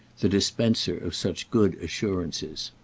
the dispenser of such good assurances.